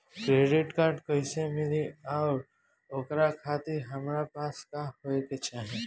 Credit card कैसे मिली और ओकरा खातिर हमरा पास का होए के चाहि?